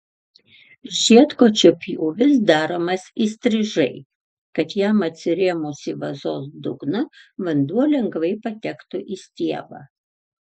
žiedkočio pjūvis daromas įstrižai kad jam atsirėmus į vazos dugną vanduo lengvai patektų į stiebą